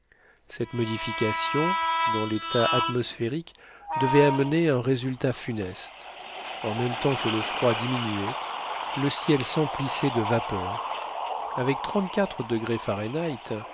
cette modification dans l'état atmosphérique devait amener un résultat funeste en même temps que le froid diminuait le ciel s'emplissait de vapeurs avec trente-quatre degrés fahrenheit